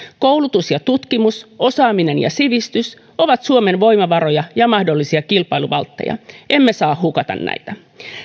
koulutus ja tutkimus osaaminen ja sivistys ovat suomen voimavaroja ja mahdollisia kilpailuvaltteja emme saa hukata näitä